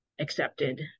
accepted